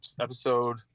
episode